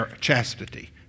chastity